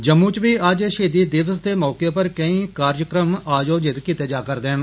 जम्मू च बी अज्ज षहीदी दिवस दे मौके उप्पर केई कार्यक्रम आयोजित कीते जा'रदे न